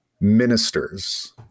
ministers